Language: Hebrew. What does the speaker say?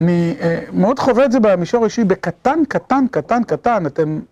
מ... אה... מאוד חווה את זה במישור אישי, בקטן, קטן, קטן, קטן, אתם...